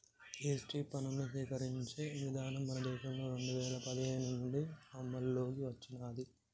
GST పన్నుని సేకరించే విధానం మన దేశంలో రెండు వేల పదిహేడు నుంచి అమల్లోకి వచ్చినాది